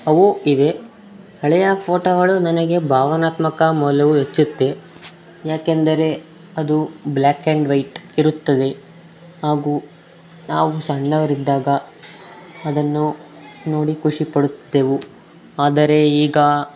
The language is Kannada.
ಅವು ಇವೆ ಹಳೆಯ ಫೋಟೋಗಳು ನನಗೆ ಭಾವನಾತ್ಮಕ ಮೌಲ್ಯವು ಹೆಚ್ಚುತ್ತೆ ಯಾಕೆಂದರೆ ಅದು ಬ್ಲ್ಯಾಕ್ ಆ್ಯಂಡ್ ವೈಟ್ ಇರುತ್ತದೆ ಹಾಗೂ ನಾವು ಸಣ್ಣವ್ರು ಇದ್ದಾಗ ಅದನ್ನು ನೋಡಿ ಖುಷಿ ಪಡುತ್ತಿದ್ದೆವು ಆದರೆ ಈಗ